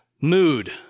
mood